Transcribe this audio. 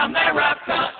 America